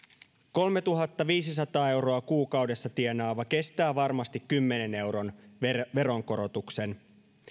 kolmetuhattaviisisataa euroa kuukaudessa tienaava kestää varmasti kymmenen euron veronkorotuksen